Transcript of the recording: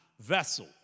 vessel